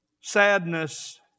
sadness